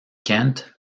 kent